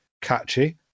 catchy